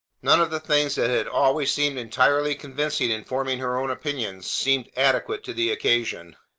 none of the things that had always seemed entirely convincing in forming her own opinions seemed adequate to the occasion.